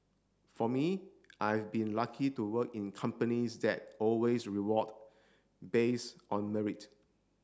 for me I have been lucky to work in companies that always reward base on merit